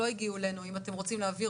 לא הגיעו אלינו ואם אתם רוצים להעביר